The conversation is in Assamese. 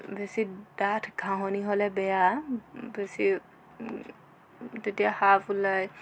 বেছি ডাঠ ঘাঁহনি হ'লে বেয়া বেছি তেতিয়া সাপ ওলায়